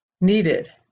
needed